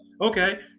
Okay